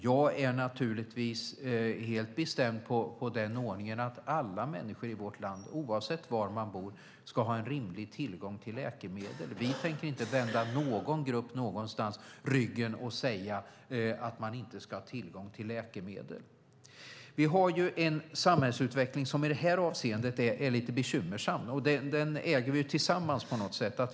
Jag anser givetvis att alla i vårt land, oavsett var man bor, ska ha en rimlig tillgång till läkemedel. Vi tänker inte vända någon grupp någonstans ryggen och säga att man inte ska ha tillgång till läkemedel. Vi har en samhällsutveckling som i detta avseende är lite bekymmersam, och vi äger den tillsammans.